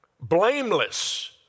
blameless